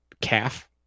calf